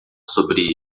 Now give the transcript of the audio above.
sobre